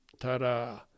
Ta-da